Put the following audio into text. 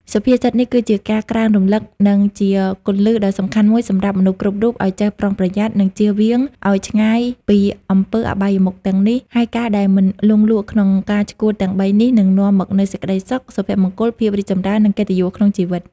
សុភាសិតនេះគឺជាការក្រើនរំលឹក និងជាគន្លឹះដ៏សំខាន់មួយសម្រាប់មនុស្សគ្រប់រូប ឲ្យចេះប្រុងប្រយ័ត្ន និងចៀសវាងឲ្យឆ្ងាយពីអំពើអបាយមុខទាំងនេះ ហើយការដែលមិនលង់លក់ក្នុងការឆ្កួតទាំងបីនេះ នឹងនាំមកនូវសេចក្តីសុខ សុភមង្គល ភាពរីកចម្រើន និងកិត្តិយសក្នុងជីវិត។